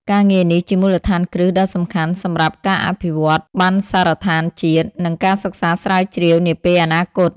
ការងារនេះជាមូលដ្ឋានគ្រឹះដ៏សំខាន់សម្រាប់ការអភិវឌ្ឍបណ្ណសារដ្ឋានជាតិ និងការសិក្សាស្រាវជ្រាវនាពេលអនាគត។